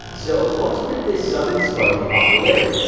so, what's with this sudden spike in popularity?